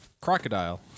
crocodile